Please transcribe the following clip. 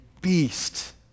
beast